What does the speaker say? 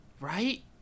Right